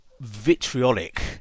vitriolic